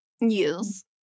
Yes